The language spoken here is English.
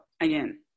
again